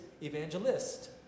evangelist